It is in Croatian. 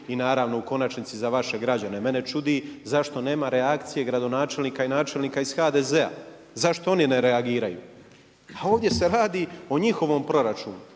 i u konačnici za vaše građane. Mene čudi zašto nema reakcije gradonačelnika i načelnika iz HDZ-a, zašto oni ne reagiraju? A ovdje se radi o njihovom proračunu